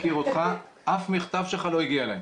אותך, אף מכתב שלך לא הגיע אליי.